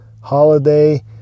holiday